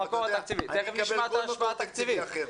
אבל אני אקבל כל מקור תקציבי אחר.